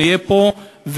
נהיה פה,